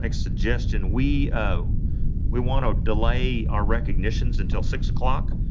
like suggestion. we ah we want to delay our recognitions until six o'clock